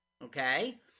Okay